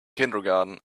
kindergarten